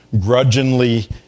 grudgingly